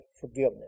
forgiveness